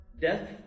death